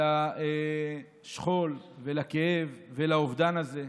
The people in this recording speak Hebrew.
לשכול ולכאב ולאובדן הזה.